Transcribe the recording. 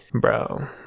Bro